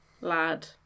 lad